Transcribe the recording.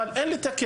אבל אין לי את הכסף.